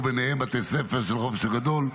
ובהם: בתי הספר של החופש הגדול,